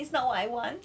it's not what I want